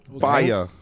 Fire